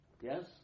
Yes